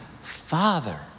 Father